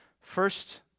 First